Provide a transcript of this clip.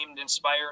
inspired